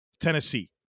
Tennessee